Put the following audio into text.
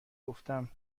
گفتم